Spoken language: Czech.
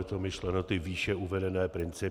Je to myšleno ty výše uvedené principy.